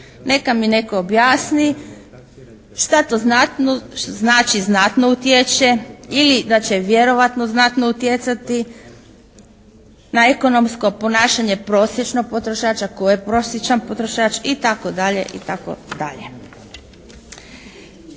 Neka mi netko objasni šta to znači znatno utječe ili da će vjerojatno znatno utjecati na ekonomsko ponašanje prosječnog potrošača? Tko je prosječan potrošak itd? Zakon